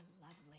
lovely